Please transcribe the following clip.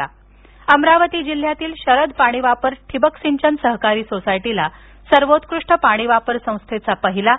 याशिवाय अमरावती जिल्ह्यातील शरद पाणी वापर ठिबक सिंचन सहकारी सोसायटीला सर्वोत्कृष्ट पाणी वापर संस्थेचा पहिला